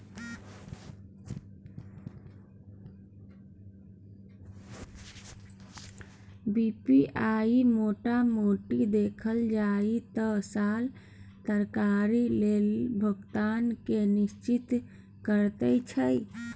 PPI मोटा मोटी देखल जाइ त साल भरिक लेल भुगतान केँ निश्चिंत करैत छै